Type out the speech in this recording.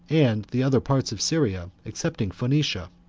and, the other parts of syria, excepting phoenicia.